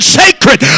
sacred